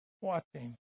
watching